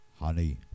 Honey